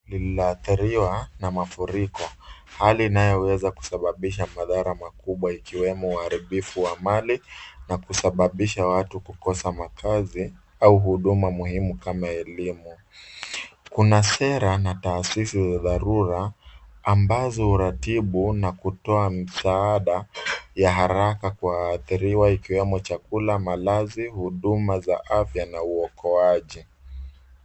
Lililoathiriwa na mafuriko hali inayoweza kusababisha madhara makubwa ikiwemo uharibifu wa mali na kusababisha watu kukosa makazi au huduma muhimu kama elimu. Kuna sera na taasisi za dharura ambazo huratibu na kutoa msaada ya haraka kwa waathiriwa ikiwemo chakula, malazi, huduma za afya na uokoaji.